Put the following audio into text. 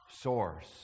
source